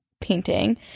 Painting